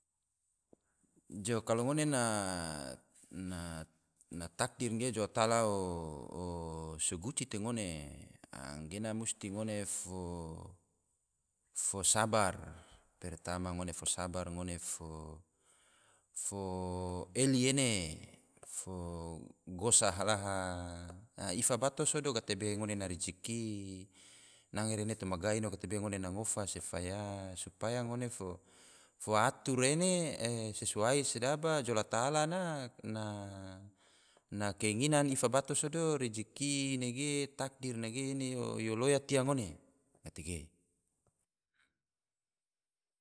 Jo kalo ngone na takdir ge jou ta allah o soguci te ngone, a gena musti ngone fo sabar, pertama ngone fo sabar, ngone fo eli ene, fo gosa halaha, ifa bato sodo gatebe ngone na rezeki, nange re bolo ma gai ino gatebe ngone na ngofa se faya supaya ngone fo atur ene sesuai sedaba jou ta allah na keinginan. ifa bato sodo rezeki nege, takdir nege yo loya tia ngone, gatege